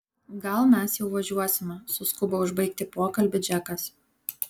gal mes jau važiuosime suskubo užbaigti pokalbį džekas